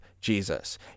Jesus